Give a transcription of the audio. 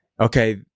okay